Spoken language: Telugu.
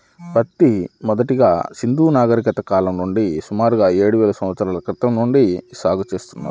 పత్తి మొదటగా సింధూ నాగరికత కాలం నుంచే సుమారుగా ఏడువేల సంవత్సరాల క్రితం నుంచే సాగు చేయబడింది